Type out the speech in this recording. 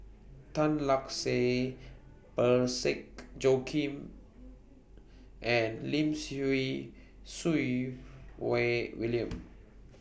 Tan Lark Sye Parsick Joaquim and Lim Siew Wai William